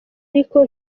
ariko